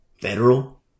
federal